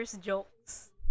jokes